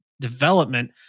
development